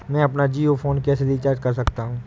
मैं अपना जियो फोन कैसे रिचार्ज कर सकता हूँ?